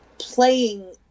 playing